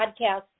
podcast